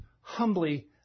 humbly